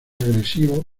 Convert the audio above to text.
agresiva